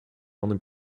only